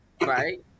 right